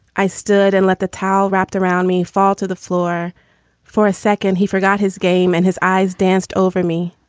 i stood and let the towel wrapped around me fall to the floor for a second, he forgot his game and his eyes danced over me.